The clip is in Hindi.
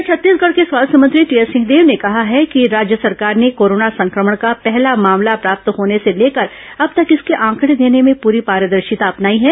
इधर छत्तीसगढ़ के स्वास्थ्य मंत्री टीएस सिंहदेव ने कहा है कि राज्य सरकार ने कोरोना संक्रमण का पहला मामला प्राप्त होने से लेकर अब तक इसके आंकड़े देने में पूरी पारदर्शिता अपनाई है